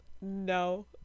no